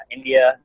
India